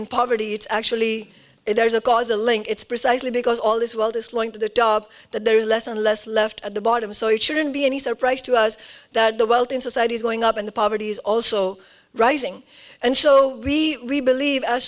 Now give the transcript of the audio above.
in poverty it's actually there is a causal link it's precisely because all this while this going to the top of that there is less and less left at the bottom so it shouldn't be any surprise to us that the wealth in society is going up and the poverty is also rising and so we believe